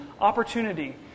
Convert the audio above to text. opportunity